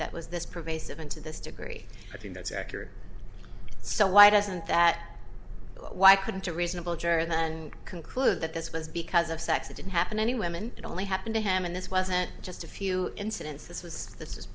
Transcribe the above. that was this pervasive and to this degree i think that's accurate so why doesn't that why couldn't a reasonable juror then conclude that this was because of sex it didn't happen any women it only happened to him and this wasn't just a few incidents this was this